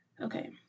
Okay